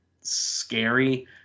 scary